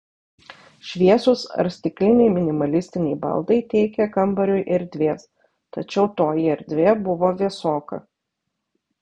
šviesūs ar stikliniai minimalistiniai baldai teikė kambariui erdvės tačiau toji erdvė buvo vėsoka